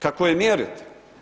Kako je mjeriti?